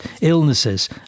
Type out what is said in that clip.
illnesses